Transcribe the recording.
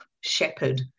shepherd